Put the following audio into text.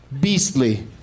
Beastly